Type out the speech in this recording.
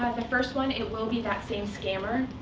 the first one, it will be that same scammer.